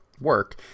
work